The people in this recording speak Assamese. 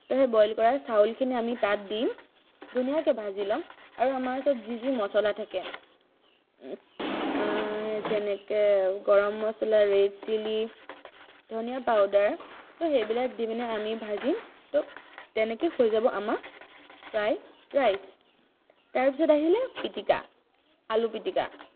তো সেই বইল কৰা চাউলখিনি আমি তাত দিম ধুনীয়াকৈ ভাজি ল'ম আৰু আমাৰ ওচৰত যি যি মছলা থাকে যেনেকৈ গৰম মছলা ৰেড চিলি ধনীয়া পাউডাৰ তো সেইবিলাক দি মেলি আমি ভাজিম তো তেনেকৈ হৈ যাব আমাৰ ফ্ৰাইড ৰাইচ তাৰপিছত আহিলে পিটিকা আলুপিটিকা